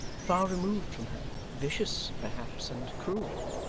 far removed from her vicious, perhaps, and cruel!